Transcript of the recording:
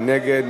מי נגד?